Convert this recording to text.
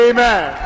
Amen